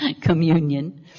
communion